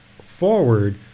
forward